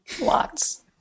lots